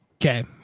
Okay